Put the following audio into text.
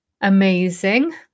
Amazing